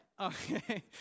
Okay